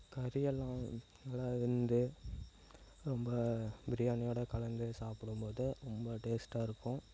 கறி எல்லாம் நல்லா வெந்து ரொம்ப பிரியாணியோடு கலந்து சாப்பிடும்போது ரொம்ப டேஸ்ட்டாக இருக்கும்